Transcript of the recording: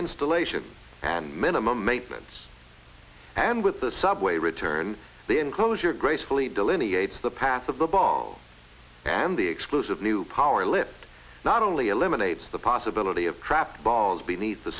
installation and minimum apes and with the subway return the enclosure gracefully delineates the path of the ball and the exclusive new power lift not only eliminates the possibility of trapped balls beneath the